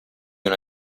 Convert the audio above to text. una